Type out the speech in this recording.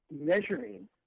measuring